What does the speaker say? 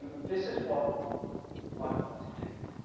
this is what i want to do.